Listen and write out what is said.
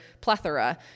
plethora